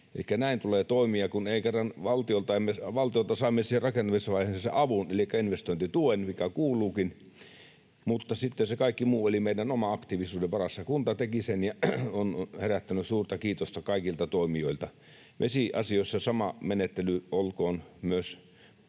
näin tulee toimia. Valtiolta saimme siihen rakentamisvaiheessa avun elikkä investointituen, mikä kuuluukin, mutta sitten se kaikki muu oli meidän oman aktiivisuuden varassa. Kunta teki sen, ja se on herättänyt suurta kiitosta kaikilta toimijoilta. Vesiasioissa sama menettely olkoon myös